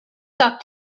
that